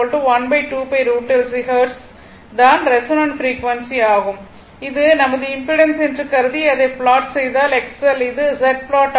எனவே ஹெர்ட்ஸ் தான் resonant frequency ஆகும் இது நமது இம்பிடன்ஸ் என்று கருதி அதை ப்லாட் செய்தால்XL இது Z ப்லாட் ஆகும்